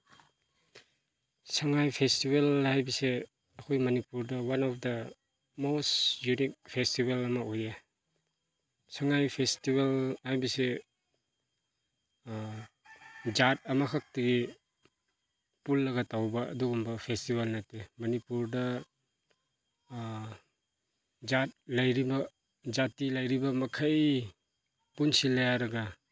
ꯁꯉꯥꯏ festival ꯍꯥꯏꯕꯁꯤ ꯑꯩꯈꯣꯏ ꯃꯅꯤꯄꯨꯔꯗ one of the most unique festival ꯑꯃ ꯑꯣꯏꯌꯦ ꯁꯉꯥꯏ ꯐꯦꯁꯇꯤꯚꯦꯜ ꯍꯥꯏꯕꯁꯤ ꯖꯥꯠ ꯑꯃꯈꯛꯇꯤ ꯄꯨꯜꯂꯒ ꯇꯧꯕ ꯑꯗꯨꯒꯨꯝꯕ ꯐꯦꯁꯇꯤꯚꯦꯜ ꯅꯠꯇꯦ ꯃꯅꯤꯄꯨꯔꯗ ꯖꯥꯠ ꯂꯩꯔꯤꯕ ꯖꯥꯇꯤ ꯂꯩꯔꯤꯕ ꯃꯈꯩ ꯄꯨꯟꯁꯤꯜꯂꯦ ꯍꯥꯏꯔꯒ